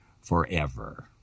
forever